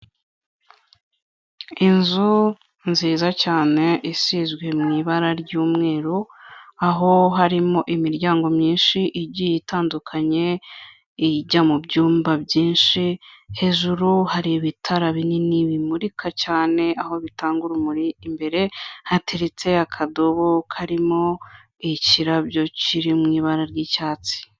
Inzu nziza cyane isizwe mu ibara ry'umweru, aho harimo imiryango myinshi igiye itandukanye ijya mu byumba byinshi, hejuru hari ibitara binini bimurika cyane aho bitanga urumuri, imbere hateretse akadobo karimo ikirabyo kiri mu ibara ry'icyatsi.